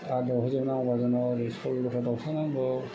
सल्ल'था दाउसा नांगौ